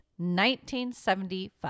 1975